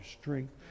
strength